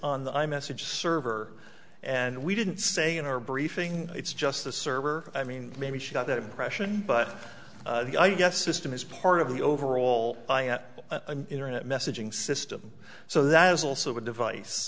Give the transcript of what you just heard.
the message server and we didn't say in our briefing it's just the server i mean maybe she got that impression but i guess system is part of the overall i at internet messaging system so that is also a device